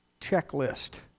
checklist